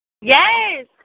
Yes